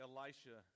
Elisha